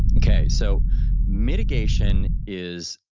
okay, so mitigation is